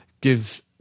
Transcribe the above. give